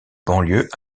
banlieue